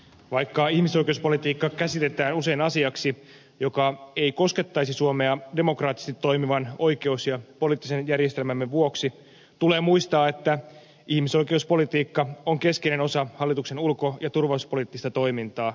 vaikka ihmisoikeuspolitiikka käsitetään usein asiaksi joka ei koskettaisi suomea demokraattisesti toimivan oikeus ja poliittisen järjestelmämme vuoksi tulee muistaa että ihmisoikeuspolitiikka on keskeinen osa hallituksen ulko ja turvallisuuspoliittista toimintaa